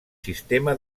sistema